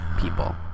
people